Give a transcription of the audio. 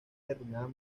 derruida